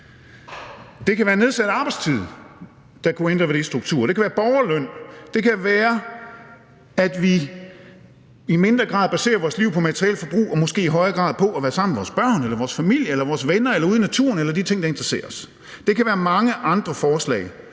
Det kan være nedsat arbejdstid, der kunne ændre ved de strukturer. Det kan være borgerløn. Det kan være, at vi i mindre grad baserer vores liv på materielt forbrug og måske i højere grad på at være sammen med vores børn eller vores familie eller vores venner eller være ude i naturen eller de ting, der interesserer os. Det kan være mange andre forslag,